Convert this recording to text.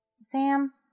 Sam